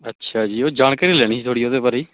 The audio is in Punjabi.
ਅੱਛਾ ਜੀ ਉਹ ਜਾਣਕਾਰੀ ਲੈਣੀ ਸੀ ਥੋੜ੍ਹੀ ਉਹਦੇ ਬਾਰੇ